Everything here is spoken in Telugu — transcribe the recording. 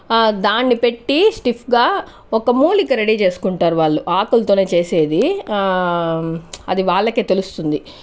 ఆ దాన్ని పెట్టి స్టిఫ్ గా ఒక మూలిక రెడీ చేసుకుంటారు వాళ్ళు ఆకుల్తోనే చేసేది అది వాళ్ళకే తెలుస్తుంది